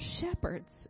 shepherds